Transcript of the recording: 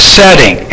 setting